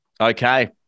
Okay